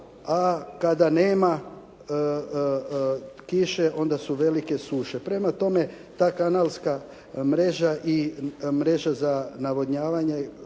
a kada nema kiše onda su velike suše. Prema tome, ta kanalska mreža i mreža za navodnjavanje,